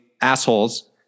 assholes